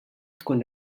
tkun